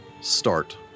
start